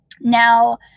now